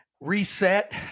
reset